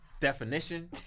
definition